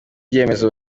ibyemezo